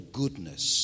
goodness